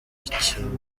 ikinyoma